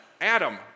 Adam